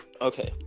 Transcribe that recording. Okay